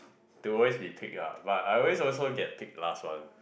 to always be picked ah but I always also get picked the last one